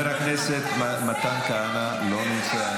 אתה --- בדרך כלל הנאומים שלך זה מלא לבבות.